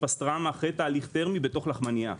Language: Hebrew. פסטרמה אחרי תהליך תרמי בתוך לחמנייה,